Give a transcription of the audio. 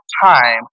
time